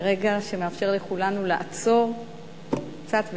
זה רגע שמאפשר לכולנו לעצור קצת ולחשוב.